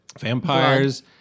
Vampires